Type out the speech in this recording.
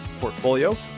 portfolio